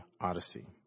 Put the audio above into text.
Odyssey